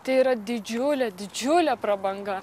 tai yra didžiulė didžiulė prabanga